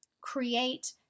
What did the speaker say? create